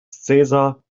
caesar